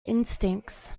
instincts